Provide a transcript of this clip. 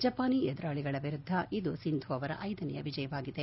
ಜಪಾನೀ ಎದುರಾಳಿಗಳ ವಿರುದ್ದ ಇದು ಸಿಂಧು ಅವರ ಐದನೆಯ ವಿಜಯವಾಗಿದೆ